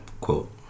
quote